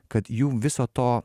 kad jų viso to